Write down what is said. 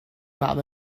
mam